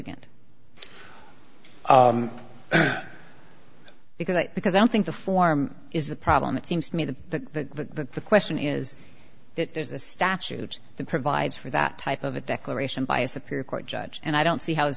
litigant because because i don't think the form is the problem it seems to me that the question is that there's a statute that provides for that type of a declaration by a superior court judge and i don't see how